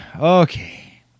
Okay